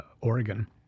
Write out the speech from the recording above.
Oregon